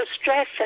stress